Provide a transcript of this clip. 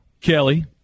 Kelly